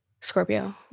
Scorpio